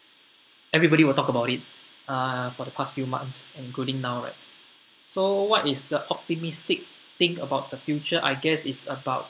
everybody will talk about it uh for the past few months including now right so what is the optimistic thing about the future I guess it's about